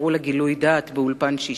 ב"אולפן שישי",